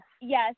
Yes